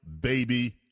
baby